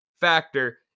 factor